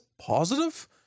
positive